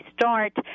start